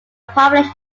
population